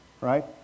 right